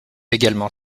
également